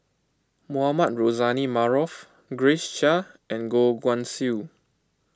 Mohamed Rozani Maarof Grace Chia and Goh Guan Siew